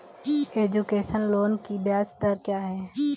Education loan की ब्याज दर क्या है?